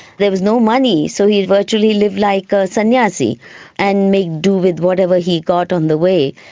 there was no money, so he virtually lived like a sanyasi and made do with whatever he got on the way.